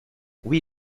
oui